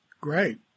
Great